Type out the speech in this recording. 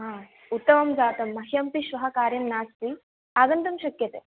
हा उत्तमं जातं मह्यमपि श्वः कार्यं नास्ति आगन्तुं शक्यते